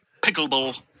Pickleball